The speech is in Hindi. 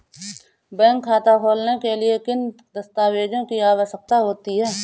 बैंक खाता खोलने के लिए किन दस्तावेजों की आवश्यकता होती है?